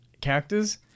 characters